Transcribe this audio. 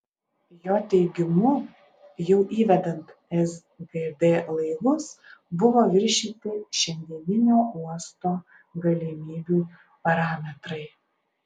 jo teigimu jau įvedant sgd laivus buvo viršyti šiandieninio uosto galimybių parametrai